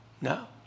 No